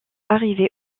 arrivée